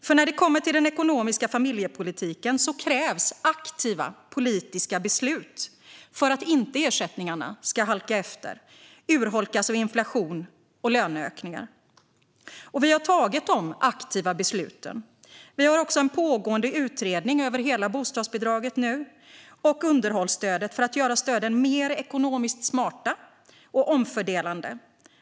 För när det kommer till den ekonomiska familjepolitiken krävs aktiva politiska beslut för att inte ersättningarna ska halka efter och urholkas av inflation och löneökningar. Vi har tagit de aktiva besluten. Vi har också nu en pågående utredning om hela bostadsbidraget och underhållsstödet för att göra stöden mer ekonomiskt smarta och omfördelande.